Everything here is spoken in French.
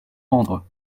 rendre